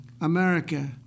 America